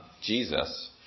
Jesus